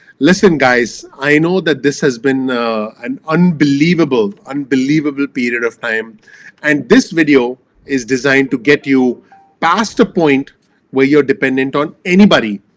listen guys, i know that this has been an unbelievable unbelievable period of time and this video is designed to get you past a point where you're dependent on anybody.